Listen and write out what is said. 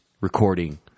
recording